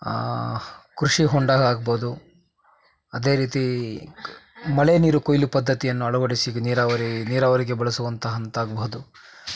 ಕೃಷಿ ಹೊಂಡ ಆಗಬಹುದು ಅದೇ ರೀತಿ ಮಳೆ ನೀರು ಕೊಯ್ಲು ಪದ್ಧತಿಯನ್ನು ಅಳವಡಿಸಿ ನೀರಾವರಿ ನೀರಾವರಿಗೆ ಬಳಸುವಂತಹ ಅಂತಾಗಬಹುದು